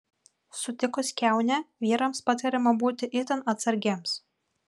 sutikus kiaunę vyrams patariama būti itin atsargiems